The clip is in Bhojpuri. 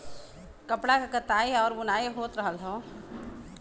कपड़ा क कताई आउर बुनाई होत रहल हौ